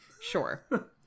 sure